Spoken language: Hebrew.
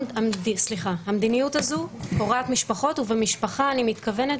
המדיניות הזו קורעת משפחות ובמשפחה אני מתכוונת